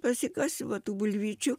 pasikasiu va tų bulvyčių